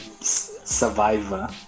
Survivor